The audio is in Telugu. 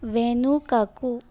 వెనుకకు